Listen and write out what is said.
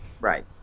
Right